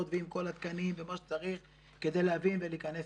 ועם כל התקנים ומה שצריך כדי להבין את האירוע.